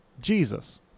Jesus